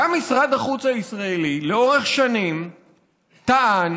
גם משרד החוץ הישראלי לאורך שנים טען,